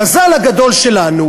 המזל הגדול שלנו,